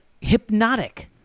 hypnotic